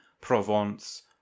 Provence